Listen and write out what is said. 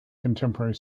contemporary